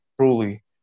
truly